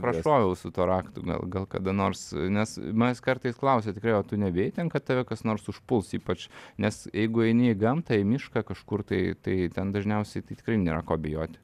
prašoviau su tuo raktu gal gal kada nors nes manęs kartais klausia tikrai o tu nebijai ten kad tave kas nors užpuls ypač nes jeigu eini į gamtą į mišką kažkur tai tai ten dažniausiai tai tikrai nėra ko bijoti